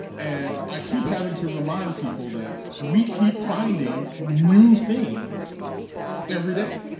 and i keep having to remind people that we keep finding new things every day.